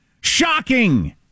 Shocking